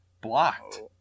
blocked